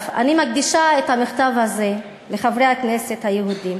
אני מקדישה את המכתב הזה לחברי הכנסת היהודים.